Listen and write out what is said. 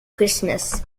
christmas